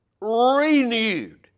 renewed